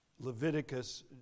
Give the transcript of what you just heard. Leviticus